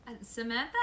Samantha